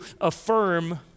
affirm